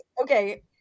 okay